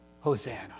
Hosanna